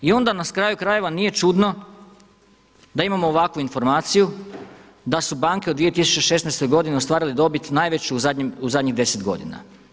I onda na kraju krajeva nije čudno da imamo ovakvu informaciju da su banke u 2016. godini ostvarile dobit najveću u zadnjih 10 godina.